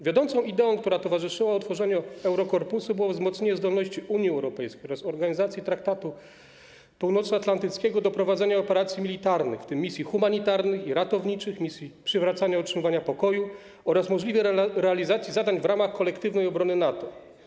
Wiodącą ideą, która towarzyszyła utworzeniu Eurokorpusu, było wzmocnienie zdolności Unii Europejskiej oraz organizacji Traktatu Północnoatlantyckiego do prowadzenia operacji militarnych, w tym misji humanitarnych i ratowniczych, misji przywracania i utrzymywania pokoju oraz możliwej realizacji zadań w ramach kolektywnej obrony NATO.